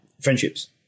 friendships